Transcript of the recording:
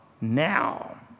now